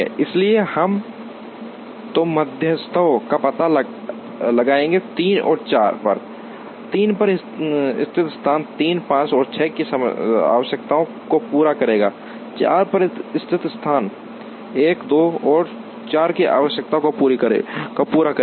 इसलिए अब हम दो मध्यस्थों का पता लगाएंगे 3 और 4 पर 3 पर स्थित स्थान 3 5 और 6 की आवश्यकताओं को पूरा करेगा 4 पर स्थित स्थान 1 2 और 4 की आवश्यकताओं को पूरा करेगा